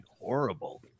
horrible